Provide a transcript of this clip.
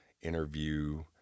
Interview